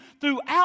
throughout